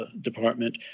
department